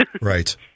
Right